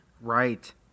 right